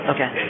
Okay